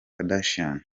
kardashian